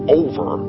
over